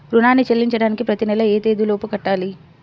రుణాన్ని చెల్లించడానికి ప్రతి నెల ఏ తేదీ లోపు కట్టాలి?